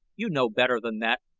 you know better than that,